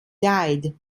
died